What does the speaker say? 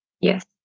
Yes